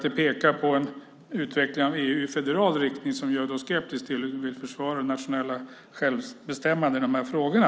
Det pekar på en utveckling av EU i federal riktning som gör oss skeptiska. Vi vill försvara det nationella självbestämmandet i de här frågorna.